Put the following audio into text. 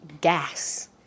gas